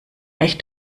echt